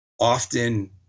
Often